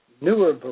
newer